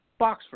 Boxford